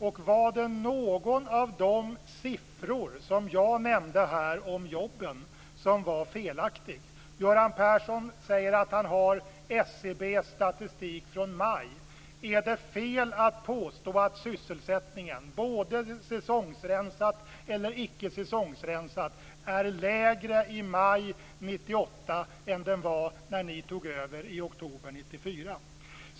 Var det någon av de siffror som jag nämnde om jobben som var felaktig? Göran Persson säger att han har SCB:s statistik från maj. Är det fel att påstå att sysselsättningen, både säsongsrensat eller icke säsongsrensat, är lägre i maj 1998 än den var när ni tog över i oktober 1994?